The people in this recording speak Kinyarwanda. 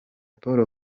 paul